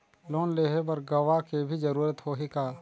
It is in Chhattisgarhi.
लोन लेहे बर गवाह के भी जरूरत होही का?